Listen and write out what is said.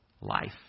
life